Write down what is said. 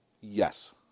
Yes